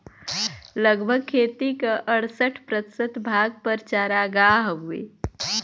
लगभग खेती क अड़सठ प्रतिशत भाग पर चारागाह हउवे